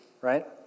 right